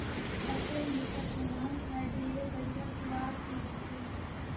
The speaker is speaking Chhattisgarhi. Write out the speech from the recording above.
असेल मुरगा के मांस हर ढेरे बड़िहा सुवाद के होथे